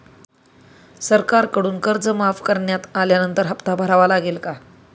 सरकारकडून कर्ज माफ करण्यात आल्यानंतर हप्ता भरावा लागेल का?